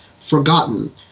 forgotten